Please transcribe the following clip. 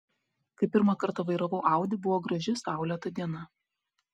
kai pirmą kartą vairavau audi buvo graži saulėta diena